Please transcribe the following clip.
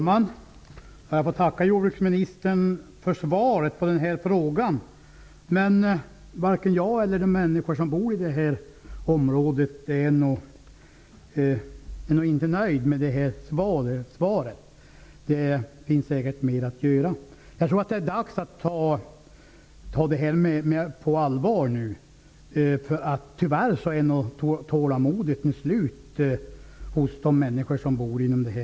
Fru talman! Jag får tacka jordbruksministern för svaret på den här frågan. Jag är emellertid inte nöjd med svaret, och det är nog inte heller de människor som bor i området. Det finns säkert mer att göra. Jag tror att det nu är dags att ta frågan på allvar. Tyvärr är nog tålamodet slut hos de människor som bor i området.